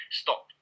stop